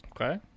Okay